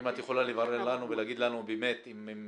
אם את יכולה לברר לנו ולהגיד לנו באמת אם הם